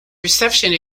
reception